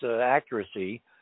accuracy